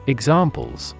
Examples